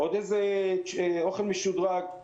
עוד אוכל משודרג.